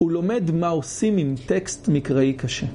ולומד מה עושים עם טקסט מקראי קשה.